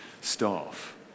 staff